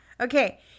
Okay